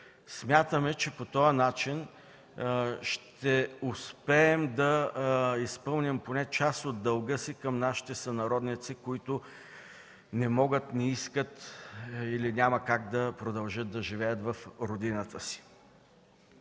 Смятаме, че по този начин ще успеем да изпълним поне част от дълга си към нашите сънародници, които не могат, не искат или няма как да продължат да живеят в родината си.